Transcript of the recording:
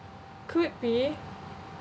could be